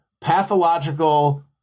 pathological